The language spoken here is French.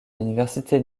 l’université